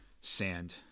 sand